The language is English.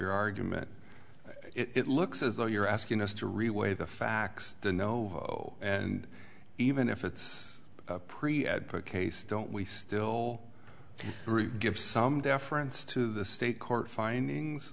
your argument it looks as though you're asking us to reweigh the facts to know and even if it's pretty add a case don't we still give some deference to the state court findings